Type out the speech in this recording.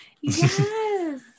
yes